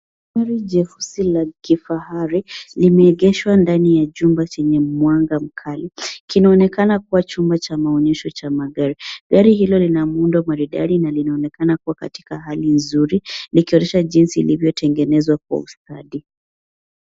Gari jeusi la kifahari limeeegeshwa ndani ya chumba chenye mwanga mkali. Kinaonekana kuwa chumba cha maonyesho cha magari. Gari hilo lina muundo maridadi na linaonekana kuwa katika hali nzuri likionyesha jinsi lilivyotengezwa kwa ustadi.